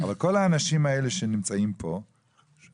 אבל כל האנשים האלה שנמצאים פה ברשימה,